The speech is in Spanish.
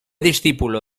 discípulo